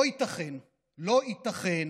לא ייתכן, לא ייתכן